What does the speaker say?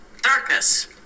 darkness